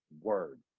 word